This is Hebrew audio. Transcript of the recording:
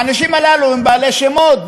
האנשים הללו הם בעלי שמות,